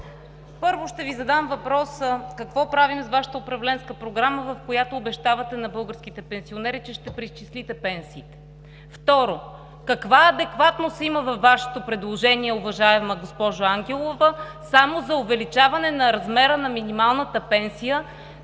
първо, ще Ви задам въпроса: какво правим с Вашата Управленска програма, в която обещавате на българските пенсионери, че ще преизчислите пенсиите? Второ, каква адекватност има във Вашето предложение, уважаема госпожо Ангелова, само за увеличаване на размера на минималната пенсия,